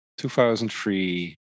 2003